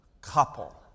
couple